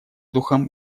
духом